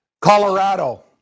Colorado